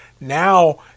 Now